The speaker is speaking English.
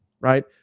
right